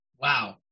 Wow